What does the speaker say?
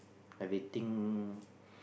everything